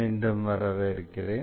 மீண்டும் வரவேற்கிறேன்